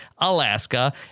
Alaska